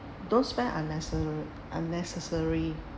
don't spend unnece~ unnecessarily